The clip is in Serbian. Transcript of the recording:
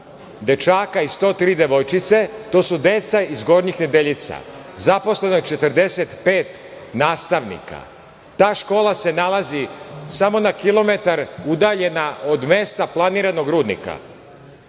dečaka i 103 devojčice. To su deca iz Gornjih Nedeljica. Zaposleno je 45 nastavnika. Ta škola se nalazi samo na kilometar udaljena od mesta planiranog rudnika. Gospođa